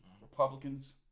Republicans